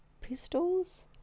pistols